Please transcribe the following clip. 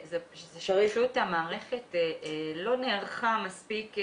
המערכת לא נערכה מספיק.